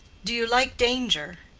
do you like danger?